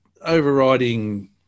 overriding